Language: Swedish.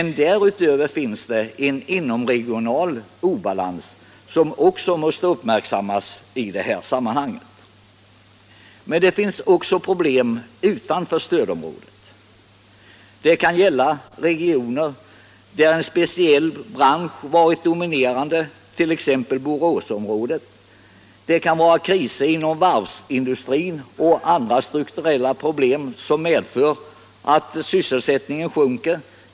Därutöver finns en inomregional obalans, som måste uppmärksammas i detta sammanhang. Men det finns också problem utanför stödområdet. Det kan gälla re-' gioner där en speciell bransch varit dominerande, t.ex. Boråsområdet. Det kan vara kriser inom varvsindustrin och andra strukturella problem, som medför att sysselsättningen sjunker.